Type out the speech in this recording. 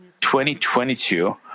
2022